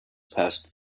passed